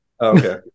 Okay